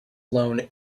loan